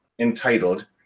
Entitled